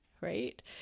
right